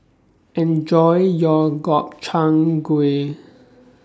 Enjoy your Gobchang Gui